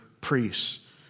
priests